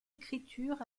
écriture